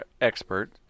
expert